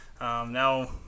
now